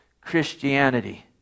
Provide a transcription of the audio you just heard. Christianity